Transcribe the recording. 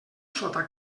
sota